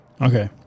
Okay